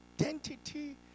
identity